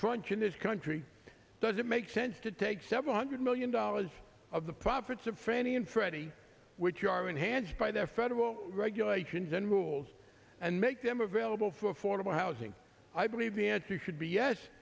crunch in this country does it make sense to take seven hundred million dollars of the profits of fannie and freddie which are enhanced by their federal regulations and rules and make them available for affordable housing i believe the answer should be yes